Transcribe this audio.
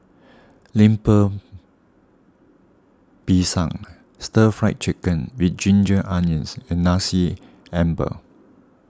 Lemper Pisang Stir Fried Chicken with Ginger Onions and Nasi Ambeng